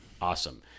Awesome